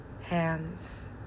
Hands